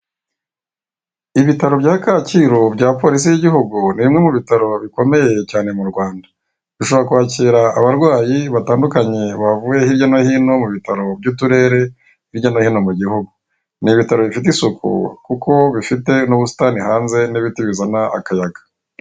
Ibitaro bya Kacyiru bya polisi y'igihugu ni bimwe mu bitaro bikomeye cyane mu Rwanda, bishobora kwakira abarwayi batandukanye bavuye hirya no hino mu bitaro by'uturere hirya no hino mu gihugu, ni ibitaro bifite isuku kuko bifite n'ubusitani hanze n'ibiti bizana akayaga.